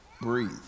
breathe